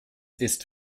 ist